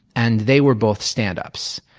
and they were both standups.